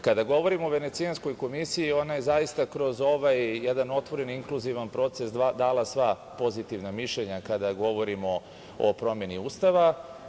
Kada govorimo o Venecijanskoj komisiji, ona je zaista kroz ovaj jedan otvoreni inkluzivan proces dala sva pozitivna mišljenja kada govorimo o promeni Ustava.